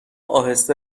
اهسته